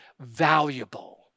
valuable